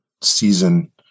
season